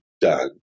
done